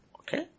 Okay